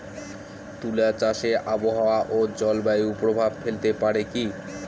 তুলা চাষে আবহাওয়া ও জলবায়ু প্রভাব ফেলতে পারে কি?